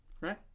Right